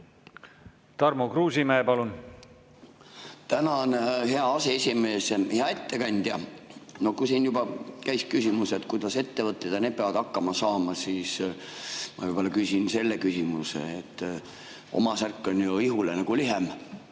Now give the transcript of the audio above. Tarmo Kruusimäe, palun! Tänan, hea aseesimees! Hea ettekandja! No kui siin juba kõlas küsimus, kuidas ettevõtted peavad hakkama saama, siis ma küsin selle küsimuse. Oma särk on ju ihule nagu lähem,